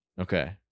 Okay